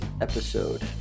episode